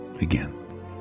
again